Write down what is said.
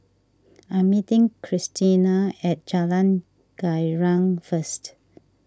I'm meeting Krystina at Jalan Girang first